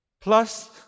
plus